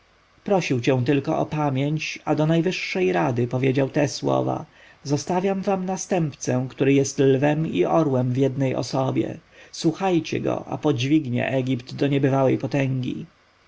prosił cię tylko o pamięć a do najwyższej rady powiedział te słowa zostawiam wam następcę który jest lwem i orłem w jednej osobie słuchajcie go a podźwignie egipt do niebywałej potęgi